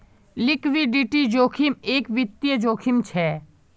liquidity जोखिम एक वित्तिय जोखिम छे